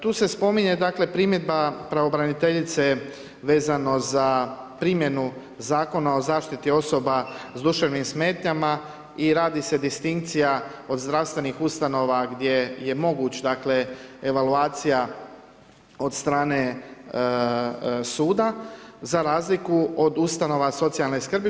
Tu se spominje primjedba pravobraniteljice vezano za primjenu Zakona o zaštiti osoba s duševnim smetnjama i radi se distinkcija od zdravstvenih ustanova gdje je moguć evaluacija od strane suda za razliku od ustanova socijalne skrbi.